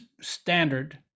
standard